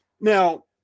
Now